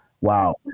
wow